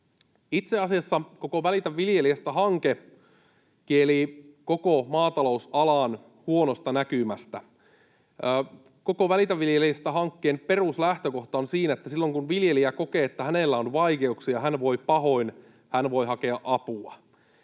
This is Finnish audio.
Itse asiassa koko Välitä viljelijästä -hanke kielii koko maatalousalan huonosta näkymästä. Koko Välitä viljelijästä -hankkeen peruslähtökohta on siinä, että silloin kun viljelijä kokee, että hänellä on vaikeuksia, hän voi pahoin, hän voi hakea apua.